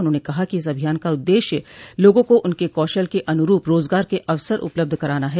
उन्होंने कहा कि इस अभियान का उद्देश्य लोगों को उनके कौशल के अनुरूप रोजगार के अवसर उपलब्ध कराना है